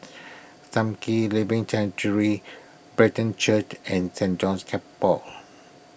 Sam Kee Living Sanctuary Brethren Church and Saint John's